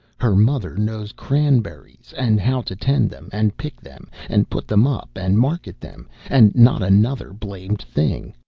her mother knows cranberries, and how to tend them, and pick them, and put them up, and market them and not another blamed thing!